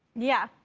yeah.